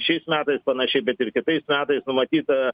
šiais metais panašiai bet ir kitais metais numatyta